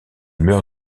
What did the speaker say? meurt